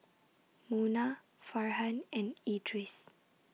Munah Farhan and Idris